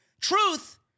Truth